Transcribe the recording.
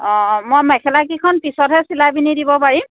অঁ মই মেখেলা কেইখন পিছতহে চিলাই পিনি দিব পাৰিম